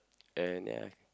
and ya